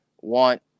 want